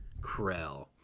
Krell